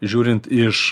žiūrint iš